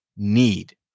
need